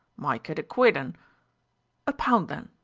myke it a quid an' a pound then.